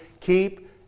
keep